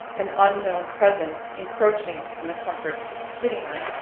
an unknown presence encroaching on the comforts of the sitting room.